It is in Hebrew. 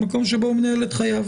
למקום בו הוא מנהל את חייו.